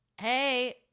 Hey